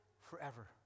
forever